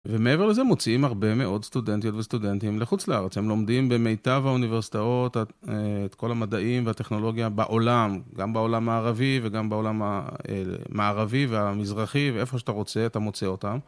ומעבר לזה מוציאים הרבה מאוד סטודנטיות וסטודנטים לחוץ לארץ, הם לומדים במיטב האוניברסיטאות, את כל המדעים והטכנולוגיה בעולם, גם בעולם הערבי וגם בעולם המערבי והמזרחי ואיפה שאתה רוצה אתה מוצא אותם.